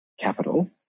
capital